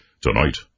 Tonight